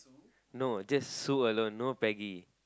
no just sue alone no peggy